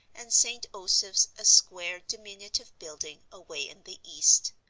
and st. osoph's a square, diminutive building away in the east.